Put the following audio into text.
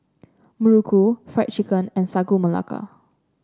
Muruku Fried Chicken and Sagu Melaka